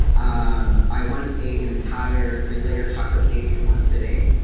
um i once ate an entire three layer chocolate cake in one sitting.